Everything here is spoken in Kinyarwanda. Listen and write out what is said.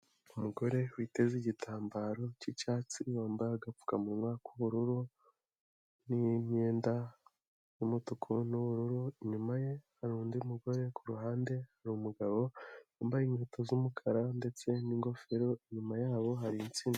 Umugore witeze igitambaro cy'icyatsi, yambaye agapfukamunwa k'ubururu n'imyenda y'umutuku n'ubururu, inyuma ye hari undi mugore, ku ruhande hari umugabo wambaye inkweto z'umukara ndetse n'ingofero, inyuma yabo hari intsindazi.